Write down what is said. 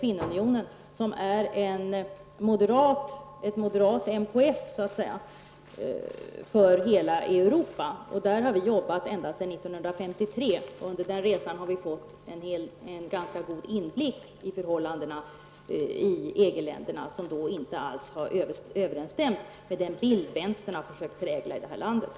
I denna har vi varit aktiva ända sedan 1953. Under den resan har vi fått en ganska god inblick i förhållandena i EG-länderna, och vår bild har inte alls överensstämt med den bild som vänstern försökt prägla i det här landet.